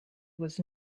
was